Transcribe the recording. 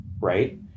right